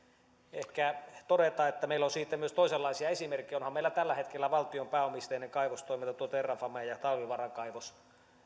ehkä vähän todeta että meillä on siitä myös toisenlaisia esimerkkejä onhan meillä tällä hetkellä valtion pääomisteinen kaivostoiminta tuo terrafame ja ja talvivaaran kaivos